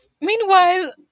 Meanwhile